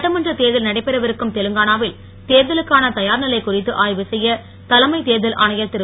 சட்டமன்ற தேர்தல் நடைபெறவிருக்கும் தெலுங்கானா வில் தேர்தலுக்கான தயார் நிலை குறித்து ஆய்வு செய்ய தலைமை தேர்தல் ஆணையர் திரு